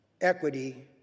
equity